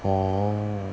oh